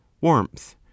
warmth